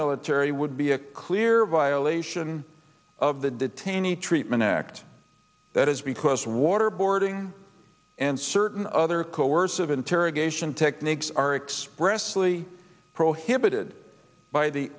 military would be a clear violation of the detainees treatment act that is because waterboarding and certain other coercive interrogation techniques are expressively prohibited by the